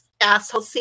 asshole